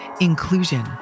inclusion